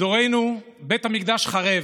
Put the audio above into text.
בדורנו בית המקדש חרֵב.